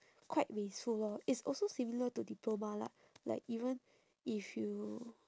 quite wasteful lor it's also similar to diploma lah like even if you